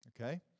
Okay